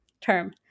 term